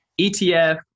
ETF